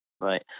right